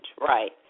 Right